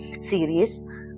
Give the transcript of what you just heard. series